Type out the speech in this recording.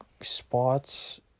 spots